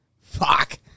Fuck